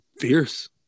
Fierce